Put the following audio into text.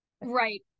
Right